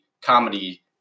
comedy